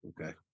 Okay